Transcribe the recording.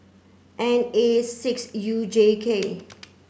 N A six U J K